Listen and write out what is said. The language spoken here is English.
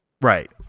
Right